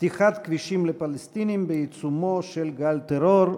שמספרה 253: פתיחת כבישים לפלסטינים בעיצומו של גל טרור.